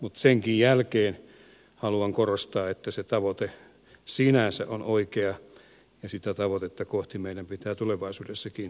mutta senkin jälkeen haluan korostaa että se tavoite sinänsä on oikea ja sitä tavoitetta kohti meidän pitää tulevaisuudessakin pyrkiä